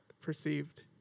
perceived